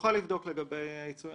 נוכל לבדוק לגבי העיצומים.